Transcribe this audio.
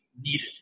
needed